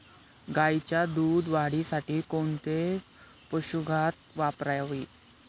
गाईच्या दूध वाढीसाठी कोणते पशुखाद्य वापरावे?